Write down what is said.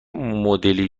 مدلی